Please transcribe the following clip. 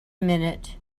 minute